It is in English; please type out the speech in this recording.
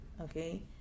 Okay